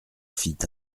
fit